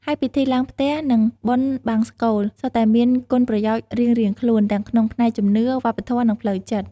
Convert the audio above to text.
ហើយពិធីឡើងផ្ទះ និងបុណ្យបង្សុកូល សុទ្ធតែមានគុណប្រយោជន៍រៀងៗខ្លួន ទាំងក្នុងផ្នែកជំនឿ វប្បធម៌ និងផ្លូវចិត្ត។